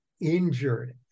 injured